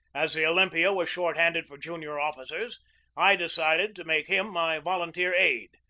as the olym pia was short-handed for junior officers i decided to make him my volunteer aide,